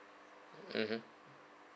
mmhmm